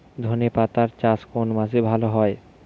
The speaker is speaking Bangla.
ধনেপাতার চাষ কোন মাসে ভালো হয়?